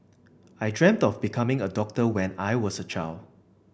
I dreamt of becoming a doctor when I was a child